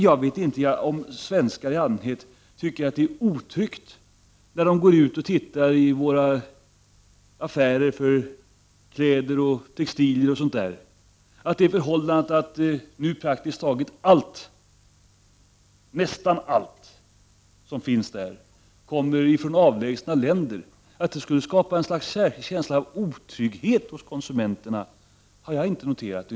Jag vet inte om svenskar i allmänhet tycker att det är otryggt när de går ut och tittar i våra affärer för kläder och textilier. Att det förhållandet att numera praktiskt taget allt som finns där kommer från avlägsna länder skulle skapa ett slags känsla av otrygghet hos konsumenterna har jag inte märkt.